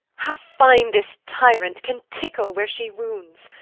how fine this tyrant can tickle where she wounds!